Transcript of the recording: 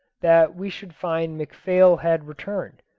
that we should find mcphail had returned.